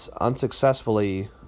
unsuccessfully